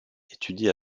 étudie